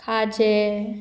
खाजें